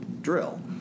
drill